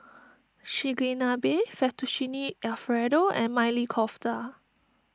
Chigenabe Fettuccine Alfredo and Maili Kofta